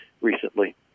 recently